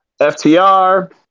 FTR